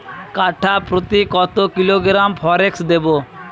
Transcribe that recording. কাঠাপ্রতি কত kilogram forex দেবো?